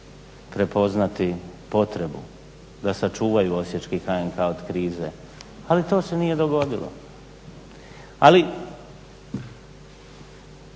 prepoznati potrebu da sačuvaju Osječki HNK-a od krize ali to se nije dogodilo. Ali